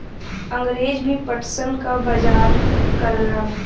अंगरेज भी पटसन क बजार करलन